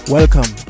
Welcome